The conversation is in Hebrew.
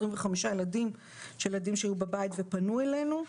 25 ילדים שהיו בבית ופנו אלינו.